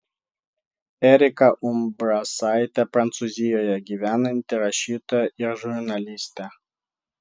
erika umbrasaitė prancūzijoje gyvenanti rašytoja ir žurnalistė